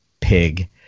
pig